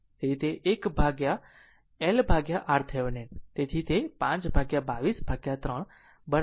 તેથી l LRThevenin હશે